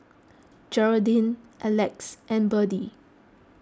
Geraldine Elex and Berdie